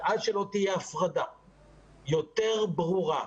ועד שלא תהיה הפרדה יותר ברורה,